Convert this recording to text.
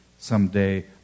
someday